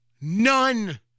None